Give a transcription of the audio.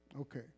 Okay